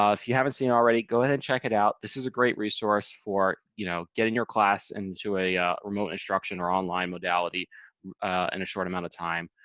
ah if you haven't seen it already, go ahead and check it out. this is a great resource for you know getting your class into a remote instruction or online modality in a short amount of time.